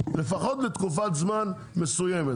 לפחות לתקופת זמן מסוימת.